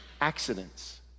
accidents